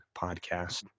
podcast